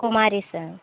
Kumari sir